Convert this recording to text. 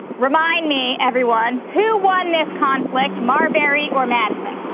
remind me, everyone, who won this conflict, marbury or madison?